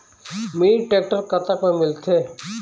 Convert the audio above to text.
Mini tractor कतक म मिलथे?